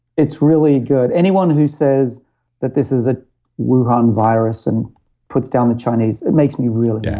it's really good. anyone who says that this is a wuhan virus and puts down the chinese, it makes me really. yeah